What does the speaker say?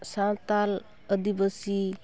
Santal Adivasi